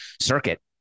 circuit